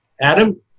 Adam